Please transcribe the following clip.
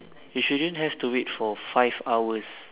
you shouldn't have to wait for five hours